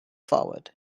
forward